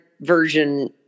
version